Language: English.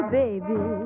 baby